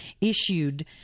issued